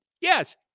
Yes